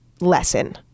lesson